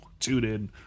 TuneIn